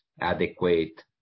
adequate